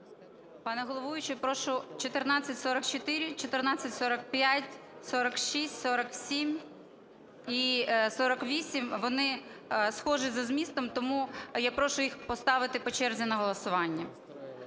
Пане головуючий, прошу 1444, 1445, 46, 47, і 48 – вони схожі за змістом, тому я прошу їх поставити по черзі на голосування.